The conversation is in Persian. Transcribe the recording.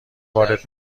وارد